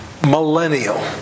millennial